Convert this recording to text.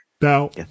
Now